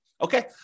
okay